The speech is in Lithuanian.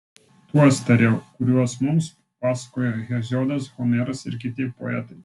tuos tariau kuriuos mums pasakojo heziodas homeras ir kiti poetai